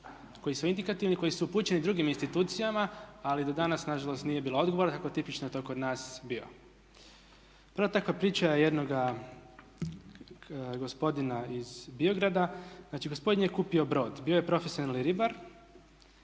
koji su indikativni, koji su upućeni drugim institucijama ali do danas nažalost nije bilo odgovara kako tipično to kod nas biva. Prva takva priča je jednoga gospodina iz Biograda. Znači gospodin je kupio brod, bio je profesionalni ribar,